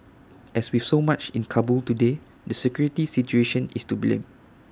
as with so much in Kabul today the security situation is to blame